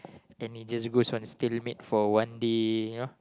and it just goes on stimulate for one day you know